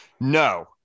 No